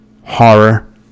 horror